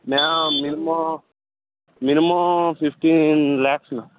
ma'am minimum minimum fifteen lakhs